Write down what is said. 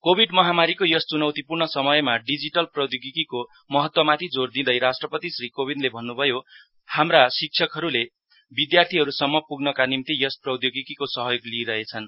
Covid महामारीको यस चौतीपूर्ण समयमा डिजिटल प्रौद्योगिकीको महत्वमाथि जोर दिँदै राष्ट्रपति श्री कोविन्दले भन्नुभयो हाम्रा शिक्षकहरूले विद्यार्थीहरूसम्म पुग्नका निम्ति यस प्रौद्योगिकीको सहयोग लिइरहेछन्